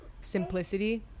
simplicity